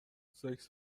سکس